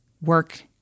work